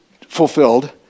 fulfilled